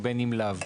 ובין אם לאו.